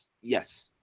Yes